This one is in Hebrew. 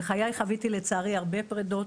בחיי חוויתי לצערי הרבה פרידות,